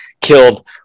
killed